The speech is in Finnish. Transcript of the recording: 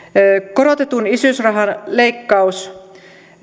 korotetun isyysrahan leikkaus